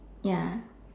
ya